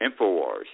InfoWars